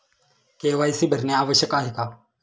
KYC भरणे आवश्यक आहे का?